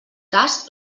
cas